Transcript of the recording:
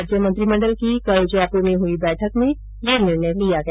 राज्य मंत्रिमण्डल की कल जयपुर में हुई बैठक में यह निर्णय लिया गया